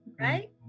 Right